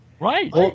Right